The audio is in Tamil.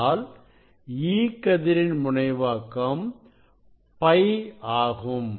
ஆனால் E கதிரின் முனைவாக்கம் π ஆகும்